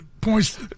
points